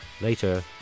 Later